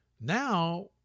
Now